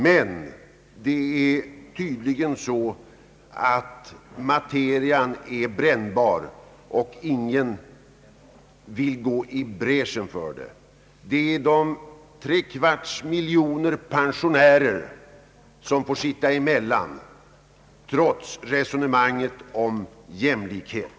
Men det är tydligen så att den här materian är brännbar, och ingen vill gå i bräschen för det förslag jag förordar. Men de tre kvarts miljon pensionärer som berörs av den här frågan kommer i kläm trots påståendet om jämlikhet.